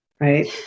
right